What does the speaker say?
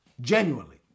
genuinely